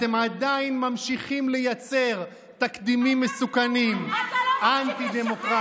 אתם עדיין ממשיכים לייצר תקדימים מסוכנים ואנטי-דמוקרטיים.